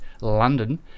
London